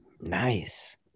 Nice